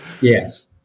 Yes